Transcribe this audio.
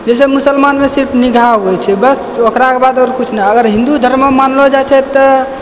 जैसे मुसलमानमे सिर्फ निकाह होइ छै बस ओकराके बाद आओर किछु ने अगर हिन्दू धर्ममे मानलो जाइ छै तऽ